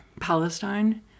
palestine